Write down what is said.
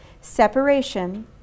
Separation